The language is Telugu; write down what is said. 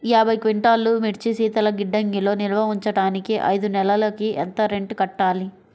యాభై క్వింటాల్లు మిర్చి శీతల గిడ్డంగిలో నిల్వ ఉంచటానికి ఐదు నెలలకి ఎంత రెంట్ కట్టాలి?